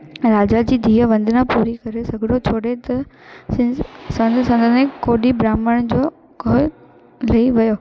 राजा जी धीअ वंदना पुरी करे सॻिड़ो छोड़े त कोडी ब्राहम्ण जो कोई ॾेई वियो